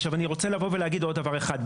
אני רוצה לומר עוד דבר אחד.